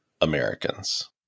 Americans